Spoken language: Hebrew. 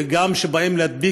גם כשבאים להדביק,